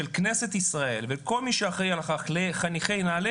של כנסת ישראל וכל מי שאחראי לחניכי נעל"ה,